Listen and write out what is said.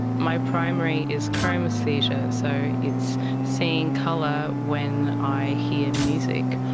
my primary is chromesthesia, so it's seeing colour when i hear music,